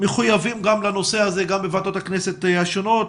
שמחויבים גם לנושא הזה, גם בוועדות הכנסת השונות.